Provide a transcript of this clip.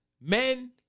Men